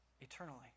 eternally